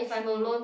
true